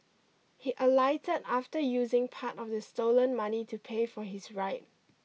he alighted after using part of the stolen money to pay for his ride